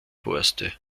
horste